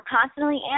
constantly